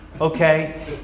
Okay